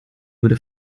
würde